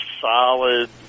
solid